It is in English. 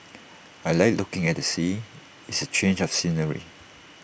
I Like looking at the sea it's A change of scenery